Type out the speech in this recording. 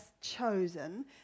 chosen